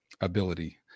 ability